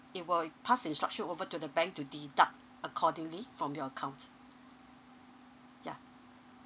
it will pass the instruction over to the bank to deduct accordingly from your account yeah